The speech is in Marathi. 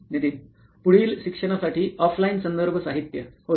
नितीन पुढील शिक्षणासाठी ऑफलाईन संदर्भ साहित्य होय